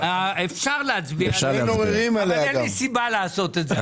אפשר להצביע, אבל אין לי סיבה לעשות את זה.